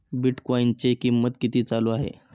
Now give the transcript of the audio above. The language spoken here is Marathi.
बिटकॉइनचे कीमत किती चालू आहे